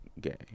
gay